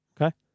okay